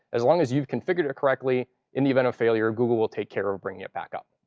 as long as you configured it correctly, in the event of failure, google will take care of bringing it back up.